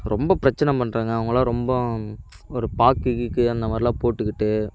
ரொம்ப பிரச்சின பண்ணுறாங்க அவங்களாம் ரொம்ப ஒரு பாக்கு கீக்கு அந்தமாதிரிலாம் போட்டுக்கிட்டு